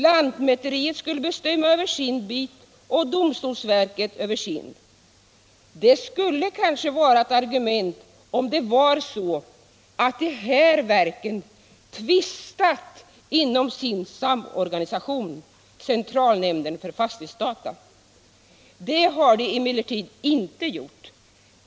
Lantmäteriet skulle bestämma över sin bit och domstolsverket över sin. Det skulle kanske vara ett argument om det var så att de här verken tvistat inom sin samorganisation, centralnämnden för fastighetsdata. Det har de emellertid inte gjort.